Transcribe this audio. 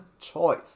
choice